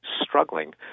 struggling